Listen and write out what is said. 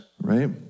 right